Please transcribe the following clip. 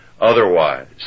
otherwise